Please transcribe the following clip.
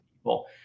people